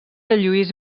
lluís